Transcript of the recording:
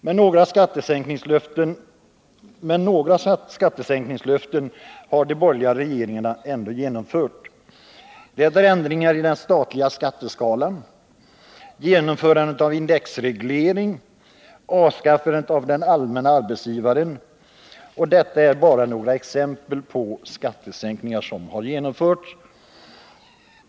Men några skattesänkningslöften har de borgerliga regeringarna ändå genomfört, bl.a. ändringarna i den statliga skatteskalan, införandet av indexregleringen och avskaffandet av den allmänna arbetsgivaravgiften. Detta är bara några exempel på skattesänkningar som har genomförts.